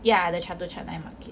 ya the chatuchak night market